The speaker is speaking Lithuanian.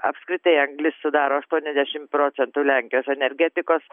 apskritai anglis sudaro aštuoniasdešimt procentų lenkijos energetikos